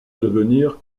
devenir